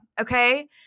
Okay